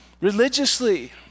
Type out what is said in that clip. religiously